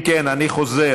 אם כן, אני חוזר.